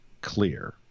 clear